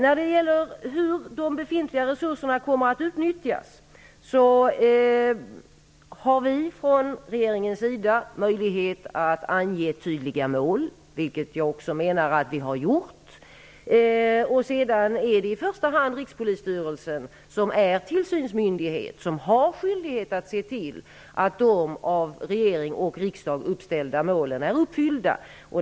När det gäller frågan om hur de befintliga resurserna kommer att utnyttjas har vi i regeringen möjlighet att ange tydliga mål, vilket jag också menar att vi har gjort. Sedan är det i första hand Rikspolisstyrelsen som är tillsynsmyndighet med skyldighet att se till att de av regering och riksdag uppställda målen uppfylls.